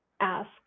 ask